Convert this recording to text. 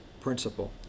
principle